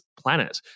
planet